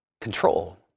control